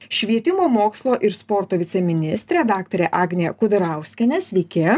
švietimo mokslo ir sporto viceministrė daktarė agnė kudarauskienė sveiki